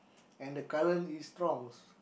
and the current is strongs